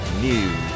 News